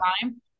time